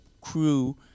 crew